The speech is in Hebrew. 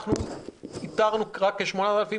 אנחנו איתרנו רק כ-8,000.